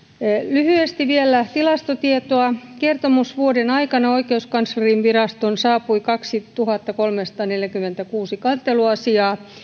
lyhyesti vielä tilastotietoa kertomusvuoden aikana oikeuskanslerinvirastoon saapui kaksituhattakolmesataaneljäkymmentäkuusi kanteluasiaa